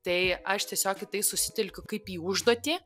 tai aš tiesiog į tai susitelkiu kaip į užduotį